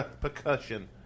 percussion